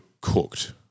cooked